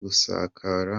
gusakara